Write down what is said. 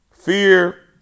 Fear